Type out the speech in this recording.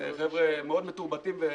אלה חבר'ה מאוד מתורבתים וחמודים.